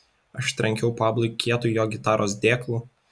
aš trenkiau pablui kietu jo gitaros dėklu